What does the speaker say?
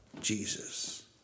Jesus